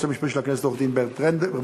המשפטי לכנסת עורכת-הדין אתי בנדלר